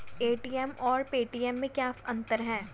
ATM और Paytm में क्या अंतर है?